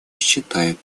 считает